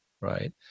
right